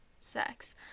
sex